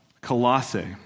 Colossae